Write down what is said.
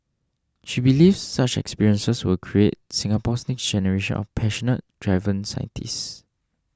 she believes such experiences will create Singapore's next generation of passionate driven scientists